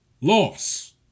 Loss